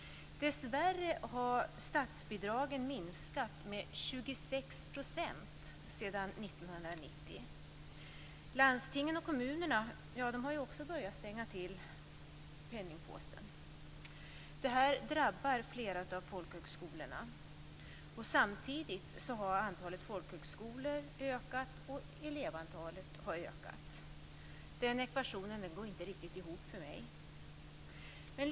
Dessvärre har statsbidragen minskat med 26 % sedan 1990. Landstingen och kommunerna har också börjat stänga till penningpåsen. Det här drabbar flera av folkhögskolorna. Samtidigt har antalet folkhögskolor ökat och elevantalet har ökat. Den ekvationen går inte riktigt ihop för mig.